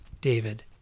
David